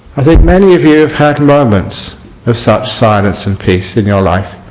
i think many of you have had moments of such silence and peace in your lives.